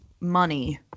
money